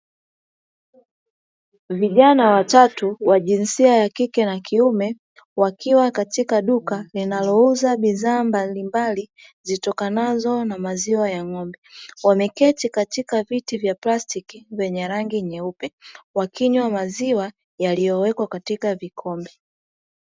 Vijana watatu wa jinsia ya kike na kiume wakiwa katika duka linalouza bidhaa mbalimbali zitokanazo na maziwa ya ng'ombe. Wameketi katika viti vya plastiki vyenye rangi nyeupe wakinywa maziwa yaliyowekwa kwenye vikombe.